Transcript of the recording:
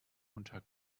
unter